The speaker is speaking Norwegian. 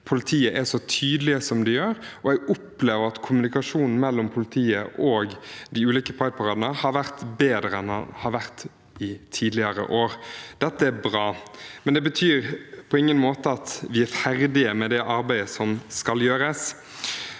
er så tydelige som de er. Jeg opplever at kommunikasjonen mellom politiet og de ulike prideparadene har vært bedre enn den har vært tidligere år. Dette er bra, men det betyr på ingen måte at vi er ferdige med det arbeidet som skal gjøres.